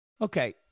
okay